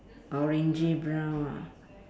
orangey brown ah